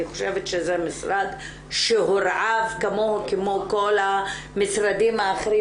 אני חושבת שזה משרד שהוא רעב כמו כל המשרדים האחרים